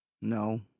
No